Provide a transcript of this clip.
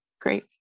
great